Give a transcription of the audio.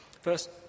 First